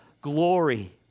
glory